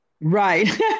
Right